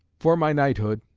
for my knighthood,